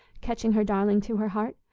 catching her darling to her heart,